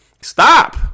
Stop